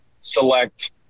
select